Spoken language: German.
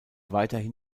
weiterhin